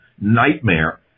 nightmare